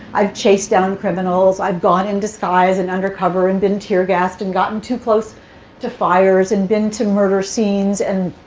i've chased down criminals. i've gone in disguise and undercover and been tear-gassed and gotten to close to fires and been to murder scenes. and